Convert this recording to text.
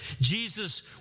Jesus